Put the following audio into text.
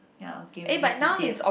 ya okay maybe C_C_A